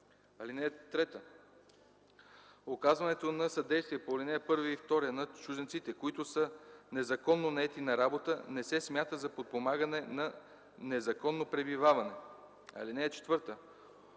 (3) Оказването на съдействие по ал. 1 и 2 на чужденците, които са незаконно наети на работа, не се смята за подпомагане на незаконно пребиваване. (4)